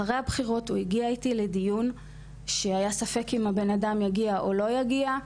אחרי הבחירות הוא הגיע איתי לדיון שהיה ספק אם הבן אדם יגיע או לא יגיע,